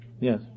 Yes